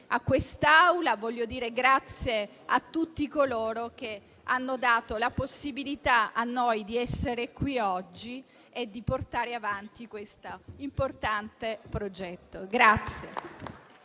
a quest'Aula. Voglio dire grazie a tutti coloro che hanno dato la possibilità a noi di essere qui oggi e di portare avanti questo importante progetto.